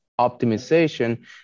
optimization